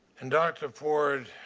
and dr. ford,